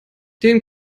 den